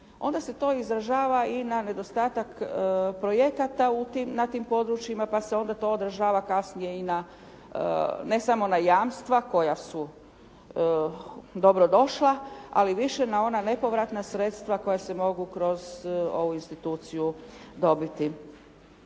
Onda se to izražava i na nedostatak projekata na tim područjima, pa se to onda odražava i kasnije i na ne samo na jamstva koja su dobrodošla, ali više na ona nepovratna sredstva koja se mogu kroz ovu instituciju dobiti.